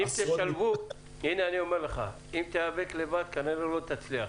אם תיאבק לבד, כנראה לא תצליח.